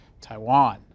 Taiwan